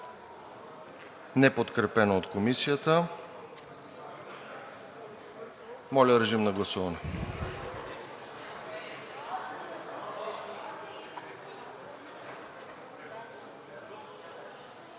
е подкрепено от Комисията. Моля, режим на гласуване.